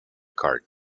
card